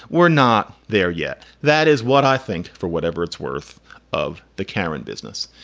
we're not there yet. that is what i think. for whatever it's worth of the karen business.